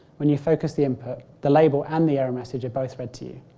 when you focus the input the label and the error message are both read to you.